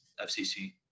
FCC